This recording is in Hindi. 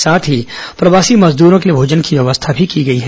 साथ ही प्रवासी मजदूरों के लिए भोजन की व्यवस्था भी की गई है